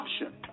option